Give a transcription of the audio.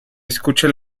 escucha